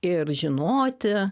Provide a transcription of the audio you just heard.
ir žinoti